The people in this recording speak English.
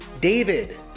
David